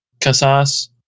Casas